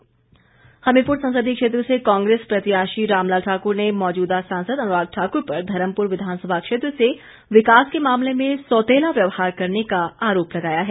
रामलाल ठाक्र हमीरपुर संसदीय क्षेत्र से कांग्रेस प्रत्याशी रामलाल ठाक्र ने मौजूदा सांसद अनुराग ठाक्र पर धर्मपुर विधानसभा क्षेत्र से विकास के मामले में सौतेला व्यवहार करने का आरोप लगाया है